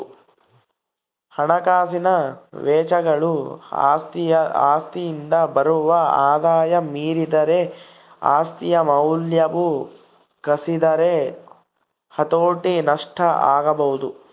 ಹಣಕಾಸಿನ ವೆಚ್ಚಗಳು ಆಸ್ತಿಯಿಂದ ಬರುವ ಆದಾಯ ಮೀರಿದರೆ ಆಸ್ತಿಯ ಮೌಲ್ಯವು ಕುಸಿದರೆ ಹತೋಟಿ ನಷ್ಟ ಆಗಬೊದು